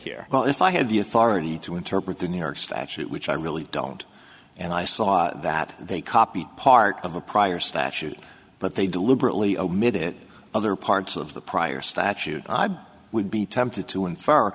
here well if i had the authority to interpret the new york statute which i really don't and i saw that they copied part of a prior statute but they deliberately omitted it other parts of the prior statute i buy would be tempted to infer